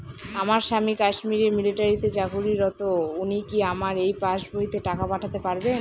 আমার স্বামী কাশ্মীরে মিলিটারিতে চাকুরিরত উনি কি আমার এই পাসবইতে টাকা পাঠাতে পারবেন?